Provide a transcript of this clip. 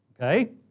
Okay